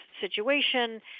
situation